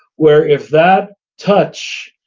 where if that touch,